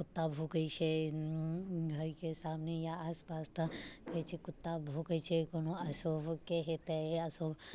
कुत्ता भूकै छै घरके सामने या आसपास तऽ कहै छै कुत्ता भूकै छै कोनो अशुभके हेतै या शुभ